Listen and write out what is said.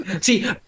See